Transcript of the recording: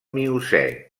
miocè